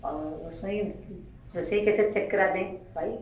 और रसोई अब रसोई कैसे चेक करा दें भाई